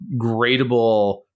gradable